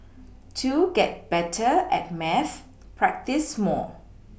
to get better at maths practise more